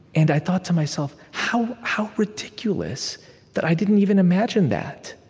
and i thought to myself, how how ridiculous that i didn't even imagine that.